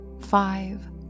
five